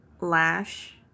Lash